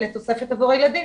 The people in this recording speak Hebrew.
לתוספת עבור הילדים.